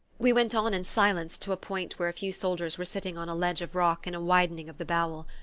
we went on in silence to a point where a few soldiers were sitting on a ledge of rock in a widening of the bowel.